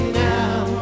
now